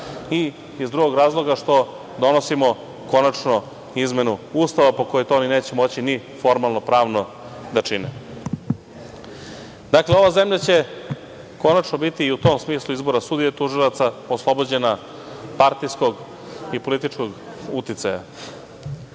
i iz drugog razloga, što donosimo konačno izmenu Ustava po kome to oni neće moći ni formalno pravno da čine. Dakle, ova zemlja će konačno biti i u tom smislu izbora sudije, tužilaca oslobođena partijskog i političkog uticaja. Šta